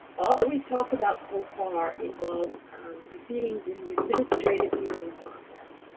all that we've talked about so far involves and um proceedings in the administrative hearing process.